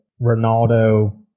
Ronaldo